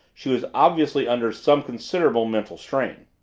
she was obviously under some considerable mental strain.